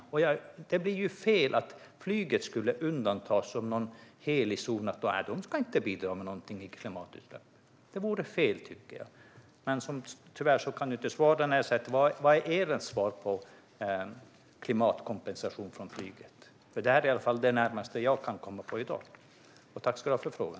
Det blir fel om man skulle undanta flyget som någon helig zon och säga: Nej, de ska inte bidra med något när det gäller klimatutsläpp. Det vore fel tycker jag. Tyvärr kan du inte svara när jag säger: Vad är ert svar på klimatkompensation från flyget? Detta är i alla fall det närmaste jag kan komma på i dag. Tack för frågan!